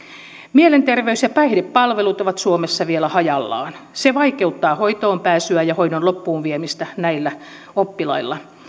mielenterveys ja päihdepalvelut ovat suomessa vielä hajallaan se vaikeuttaa hoitoon pääsyä ja hoidon loppuun viemistä näillä oppilailla